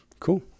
Cool